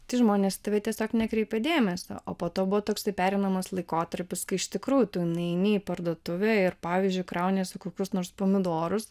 tai žmonės į tave tiesiog nekreipė dėmesio o po to buvo toks pereinamas laikotarpis kai iš tikrųjų tu nueini į parduotuvę ir pavyzdžiui krauniesi kokius nors pomidorus